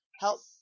help